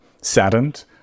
saddened